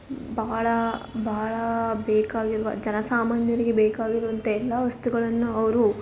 ಬಹಳ ಬಹಳ ಬೇಕಾಗಿರುವ ಜನ ಸಾಮಾನ್ಯರಿಗೆ ಬೇಕಾಗಿರುವಂಥ ಎಲ್ಲ ವಸ್ತುಗಳನ್ನು ಅವರು